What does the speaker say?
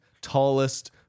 tallest